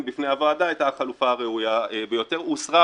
בפני הוועדה הייתה החלופה הראויה ביותר הוסרה